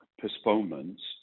postponements